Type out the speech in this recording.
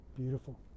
beautiful